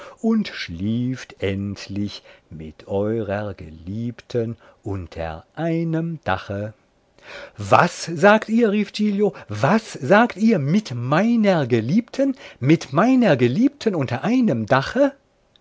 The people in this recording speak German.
und schlieft endlich mit eurer geliebten unter einem dache was sagt ihr rief giglio was sagt ihr mit meiner geliebten mit meiner geliebten unter einem dache